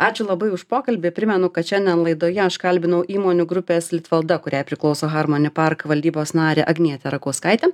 ačiū labai už pokalbį primenu kad šiandien laidoje aš kalbinau įmonių grupės litvalda kuriai priklauso harmoni park valdybos narę agnietę rakauskaitę